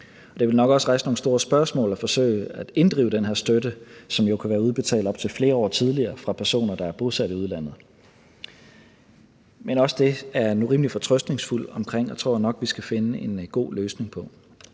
det vil nok også rejse nogle store spørgsmål at forsøge at inddrive den her støtte, som jo kunne være blevet udbetalt op til flere år tidligere, fra personer, der er bosat i udlandet. Men også det er jeg nu rimelig fortrøstningsfuld omkring og tror jeg nok vi skal finde en god løsning på.